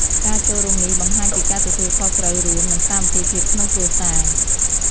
ការចូលរួមនេះបង្ហាញពីការទទួលខុសត្រូវរួម និងសាមគ្គីភាពក្នុងគ្រួសារ។